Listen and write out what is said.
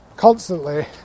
constantly